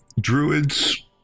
Druids